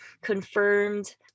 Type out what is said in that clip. confirmed